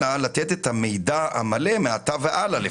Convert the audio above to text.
אלא לתת את המידע המלא מעתה והלאה לפחות.